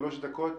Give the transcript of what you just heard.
שלוש דקות.